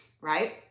right